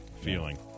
feeling